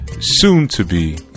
soon-to-be